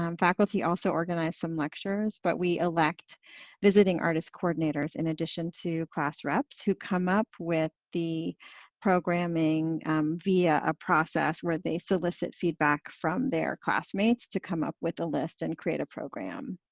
um faculty also organize some lectures but we elect visiting artists coordinators in addition to class reps who come up with the programming via a process where they solicit feedback from their classmates to come up with a list and create a program.